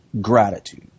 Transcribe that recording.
gratitude